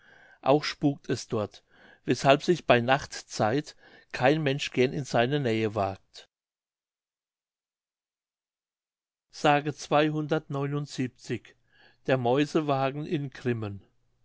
auch spukt es dort weshalb sich bei nachtzeit kein mensch gern in seine nähe wagt mündlich der mäusewagen in grimmen